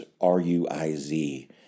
R-U-I-Z